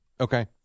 Okay